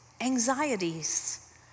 anxieties